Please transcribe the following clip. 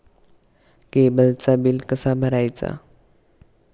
केबलचा बिल कसा भरायचा?